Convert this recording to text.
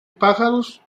pájaros